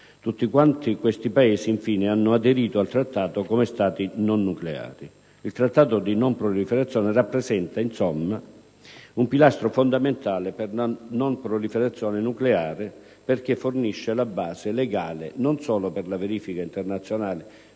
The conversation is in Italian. Tutti questi Paesi, infine, hanno aderito al Trattato come Stati non nucleari. Il Trattato di non proliferazione rappresenta, insomma, un pilastro fondamentale per la non proliferazione nucleare, perché fornisce la base legale non solo per la verifica internazionale